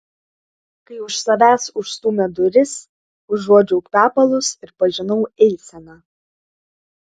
kai už savęs užstūmė duris užuodžiau kvepalus ir pažinau eiseną